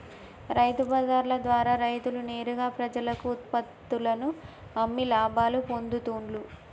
రైతు బజార్ల ద్వారా రైతులు నేరుగా ప్రజలకు ఉత్పత్తుల్లను అమ్మి లాభాలు పొందుతూండ్లు